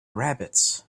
rabbits